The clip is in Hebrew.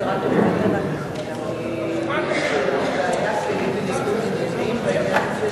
יש לנו בעיה שאני בניגוד עניינים בעניין הזה,